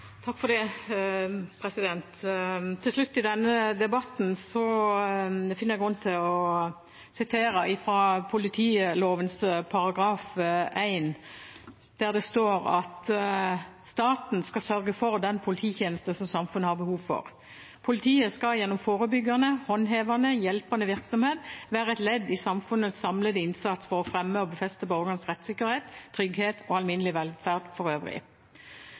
slutt i denne debatten finner jeg grunn til å sitere fra politiloven § 1: «Staten skal sørge for den polititjeneste som samfunnet har behov for. Politiet skal gjennom forebyggende, håndhevende og hjelpende virksomhet være et ledd i samfunnets samlede innsats for å fremme og befeste borgernes rettssikkerhet, trygghet og alminnelige velferd for øvrig.»